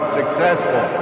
successful